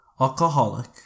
alcoholic